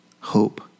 hope